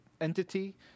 entity